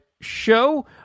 show